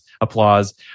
applause